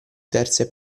terze